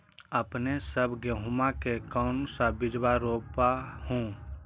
अपने सब गेहुमा के कौन सा बिजबा रोप हू?